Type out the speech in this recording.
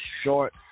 short